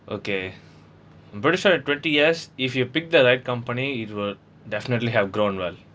okay pretty sure at twenty years if you pick the right company it would definitely have grown well